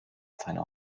seiner